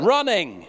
Running